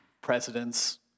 presidents